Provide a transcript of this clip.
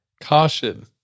caution